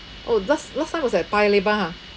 orh last last time was at paya lebar ha